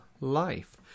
life